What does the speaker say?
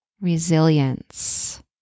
resilience